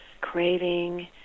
craving